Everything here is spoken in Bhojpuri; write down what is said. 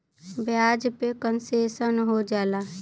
ब्याज पे कन्सेसन हो जाला